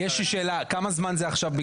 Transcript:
יש לי שאלה, כמה זמן זה עכשיו?